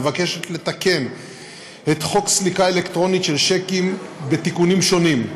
נועדה לתקן את חוק סליקה אלקטרונית של שיקים בתיקונים שונים.